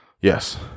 yes